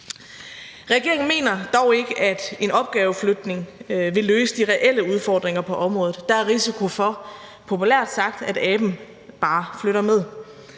Regeringen mener dog ikke, at en opgaveflytning vil løse de reelle udfordringer på området. Der er risiko for, populært sagt, at aben bare flytter med.